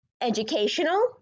Educational